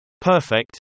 Perfect